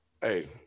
Hey